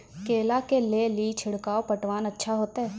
केला के ले ली छिड़काव पटवन अच्छा होते?